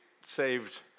saved